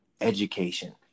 education